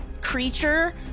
creature